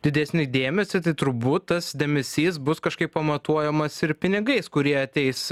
didesnį dėmesį tai turbūt tas dėmesys bus kažkaip pamatuojamas ir pinigais kurie ateis